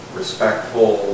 respectful